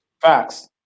Facts